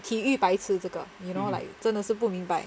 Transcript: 体育白痴这个 you know like 真的是不明白